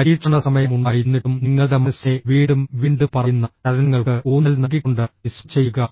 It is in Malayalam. പരീക്ഷണ സമയം ഉണ്ടായിരുന്നിട്ടും നിങ്ങളുടെ മനസ്സിനെ വീണ്ടും വീണ്ടും പറയുന്ന ചലനങ്ങൾക്ക് ഊന്നൽ നൽകിക്കൊണ്ട് ഡിസ്ക് ചെയ്യുക